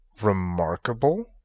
remarkable